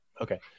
okay